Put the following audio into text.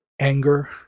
anger